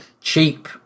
cheap